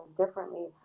differently